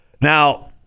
Now